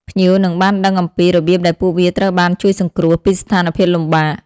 ភ្ញៀវនឹងបានដឹងអំពី របៀបដែលពួកវាត្រូវបានជួយសង្គ្រោះ ពីស្ថានភាពលំបាក។